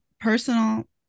Personal